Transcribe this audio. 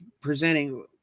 presenting